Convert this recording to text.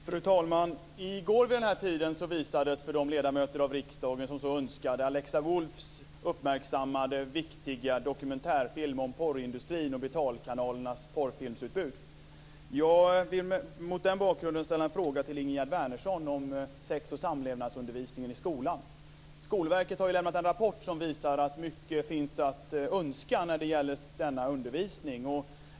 Fru talman! I går vid den här tiden visades för de ledamöter av riksdagen som så önskade Alexa Wolfs uppmärksammade viktiga dokumentärfilm om porrindustrin och betalkanalernas porrfilmsutbud. Jag vill mot den bakgrunden ställa en fråga till Ingegerd Skolverket har ju lämnat en rapport som visar att mycket finns att önska när det gäller denna undervisning.